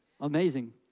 Amazing